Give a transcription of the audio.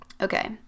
Okay